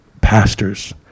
Pastors